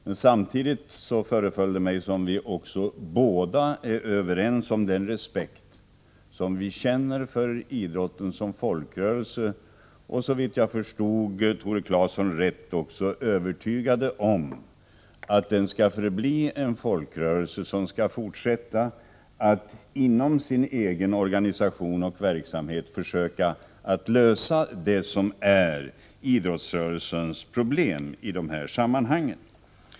Men samtidigt förefaller det mig som om vi är överens om att känna respekt för idrotten som folkrörelse, och såvitt jag förstod Tore Claeson rätt är vi också övertygade om att idrotten skall förbli en folkrörelse som skall fortsätta att inom sin egen organisation, sin egen verksamhet, försöka lösa det som är idrottsrörelsens problem i dessa sammanhang.